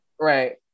Right